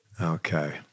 Okay